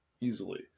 easily